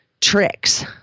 tricks